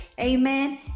Amen